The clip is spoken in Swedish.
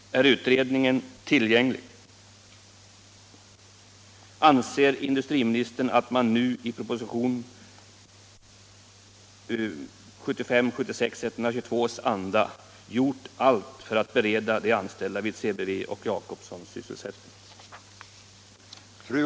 Är utredningen tillgänglig? Anser industriministern att man nu i den anda som genomsyrar propositionen 1975/76:122 gjort allt för att bereda de anställda vid CBV och Jacobsons sysselsättning?